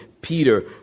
Peter